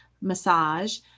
massage